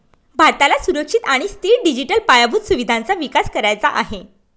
भारताला सुरक्षित आणि स्थिर डिजिटल पायाभूत सुविधांचा विकास करायचा आहे